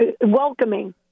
welcoming